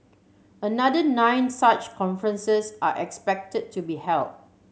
another nine such conferences are expected to be held